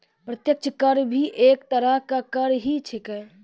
प्रत्यक्ष कर भी एक तरह के कर ही छेकै